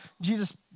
Jesus